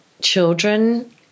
children